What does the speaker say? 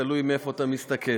תלוי מאיפה אתה מסתכל,